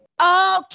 Okay